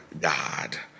God